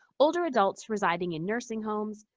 over adults residing in nursing homes,